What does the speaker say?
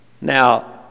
Now